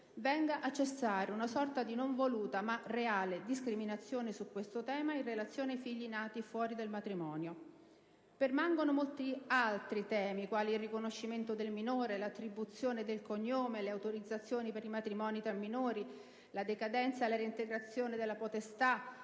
venga a cessare una sorta di non voluta, ma reale discriminazione su questo tema in relazione ai figli nati fuori del matrimonio. Permangono molti altri temi, quali il riconoscimento del minore, l'attribuzione del cognome, le autorizzazioni per i matrimoni tra minori, la decadenza e la reintegrazione della potestà,